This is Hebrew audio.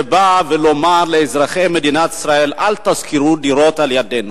שבא לומר לאזרחי מדינת ישראל: אל תשכירו דירות על ידנו.